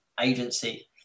agency